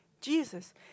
Jesus